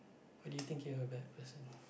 why did you think you are a bad person